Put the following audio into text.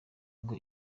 ngo